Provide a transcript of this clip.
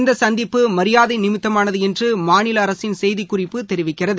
இந்தசந்திப்பு மரியாதைநிமித்தமானதுஎன்றுமாநிலஅரசின் செய்திக்குறிப்பு தெரிவிக்கிறது